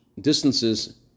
distances